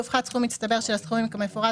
יופחת סכום מצטבר של הסכומים כמפורט